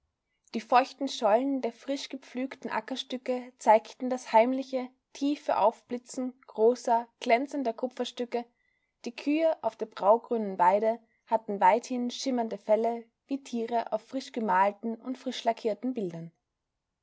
die feuchten schollen der frischgepflügten ackerstücke zeigten das heimliche tiefe aufblitzen großer glänzender kupferstücke die kühe auf der braungrünen weide hatten weithin schimmernde felle wie tiere auf frischgemalten und frischlackierten bildern